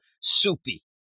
soupy